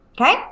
Okay